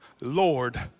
Lord